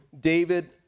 David